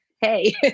hey